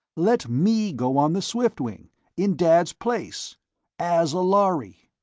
let me go on the swiftwing in dad's place as a lhari!